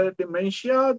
dementia